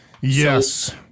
Yes